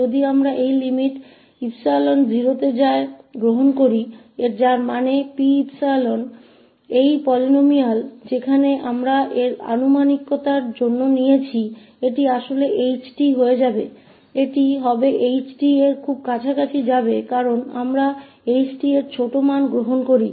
यदि हम सीमा 𝜖 को 0 पर ले जाते हैं तो यह कहते हुए कि 𝜖 0 पर जाता है जिसका अर्थ है कि 𝑃𝜖 बहुपद जिसे हमने function 𝑡 के सन्निकटन के लिए लिया है यह वास्तव में ℎ𝑡 हो जाएगा यह होगा h𝑡 के बहुत करीब जाते हैं क्योंकि हम h𝑡 का छोटा मान लेते हैं